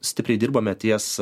stipriai dirbome ties